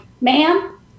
Ma'am